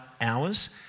hours